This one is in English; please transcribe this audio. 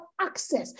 access